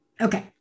Okay